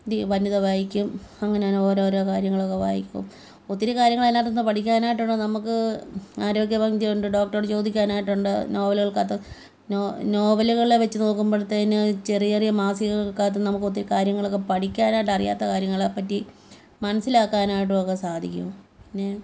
വനിത വായിക്കും അങ്ങനെ തന്നെ ഓരോരോ കാര്യങ്ങൾ ഒക്കെ വായിക്കും ഒത്തിരി കാര്യങ്ങൾ അതിനകത്തുനിന്ന് പഠിക്കാനായിട്ട് ഉണ്ട് നമുക്ക് ആരോഗ്യ പംക്തിയുണ്ട് ഡോക്റ്ററോട് ചോദിക്കാനായിട്ടുണ്ട് നോവലുകൾ കഥ നോ നോവലുകളെ വെച്ച് നോക്കുമ്പോഴത്തേനും ചെറിയ ചെറിയ മാസികകൾക്ക് അകത്ത് ഒത്തിരി കാര്യങ്ങളൊക്കെ പഠിക്കാനായിട്ട് അറിയാത്ത കാര്യങ്ങളെപ്പറ്റി മനസ്സിലാക്കാനായിട്ടൊക്കെ സാധിക്കും പിന്നെ